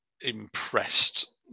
impressed